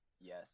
Yes